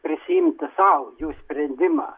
prisiimti sau jų sprendimą